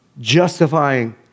justifying